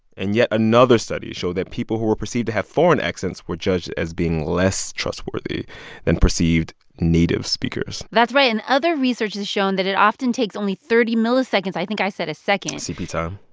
and yet another study showed that people who were perceived to have foreign accents were judged as being less trustworthy than perceived native speakers that's right. and other research has shown that it often takes only thirty milliseconds i think i said a second. cp time.